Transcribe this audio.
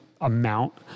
amount